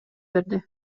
берди